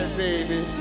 baby